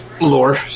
lore